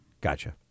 Gotcha